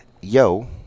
Yo